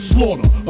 Slaughter